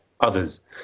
others